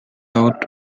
out